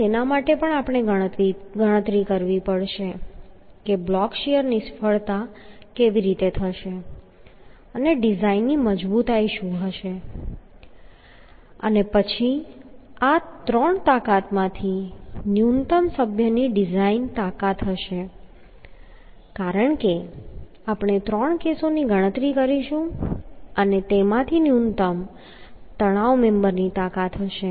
તો તેના માટે પણ આપણે ગણતરી કરવી પડશે કે બ્લોક શીયર નિષ્ફળતા કેવી રીતે થશે અને ડિઝાઇનની મજબૂતાઈ શું હશે અને પછી આ ત્રણ તાકાતમાંથી ન્યૂનતમ સભ્યની ડિઝાઇન તાકાત હશે કારણ કે આપણે ત્રણ કેસોની ગણતરી કરીશું અને તેમાંથી ન્યૂનતમ તણાવ મેમ્બરની તાકાત હશે